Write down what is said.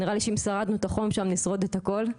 נראה לי שאם שרדנו את החום שם נשרוד את הכל,